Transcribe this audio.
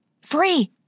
Free